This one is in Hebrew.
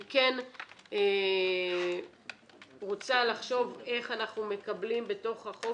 אני כן רוצה לחשוב איך אנחנו מקבלים בתוך החוק